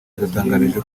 yadutangarije